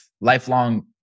lifelong